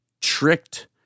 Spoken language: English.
tricked